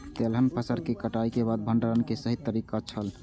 तेलहन फसल के कटाई के बाद भंडारण के सही तरीका की छल?